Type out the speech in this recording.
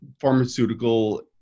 pharmaceutical